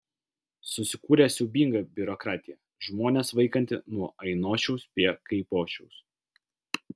susikūrė siaubinga biurokratija žmones vaikanti nuo ainošiaus prie kaipošiaus